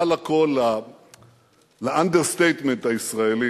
מעל הכול, לאנדרסטייטמנט הישראלי.